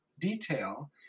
detail